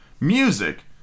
music